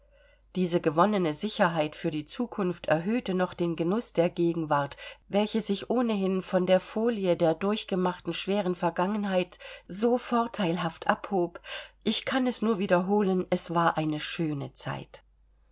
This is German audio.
diese gewonnene sicherheit für die zukunft erhöhte noch den genuß der gegenwart welche sich ohnehin von der folie der durchgemachten schweren vergangenheit so vorteilhaft abhob ich kann es nur wiederholen es war eine schöne zeit